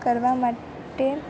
કરવા માટે